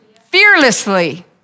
fearlessly